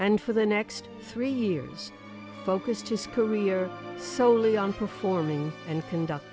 and for the next three years focused his career soley on performing and conduct